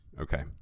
Okay